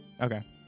Okay